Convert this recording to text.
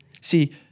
See